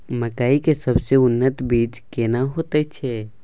मकई के सबसे उन्नत बीज केना होयत छै?